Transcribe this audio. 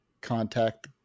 contact